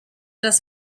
das